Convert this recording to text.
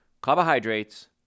carbohydrates